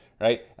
right